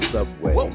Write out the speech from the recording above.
Subway